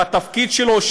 בתפקיד שלו,